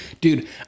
dude